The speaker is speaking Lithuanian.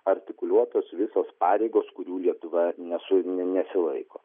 artikuliuotos visos pareigos kurių lietuva nesu nesilaiko